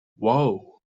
wow